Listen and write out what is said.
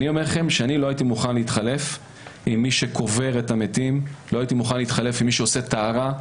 לא הייתי מוכן להתחלף עם זה שקובר את המתים ועם זה שעושה טהרה.